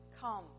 come